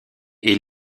est